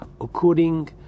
according